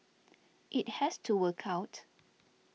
it has to work out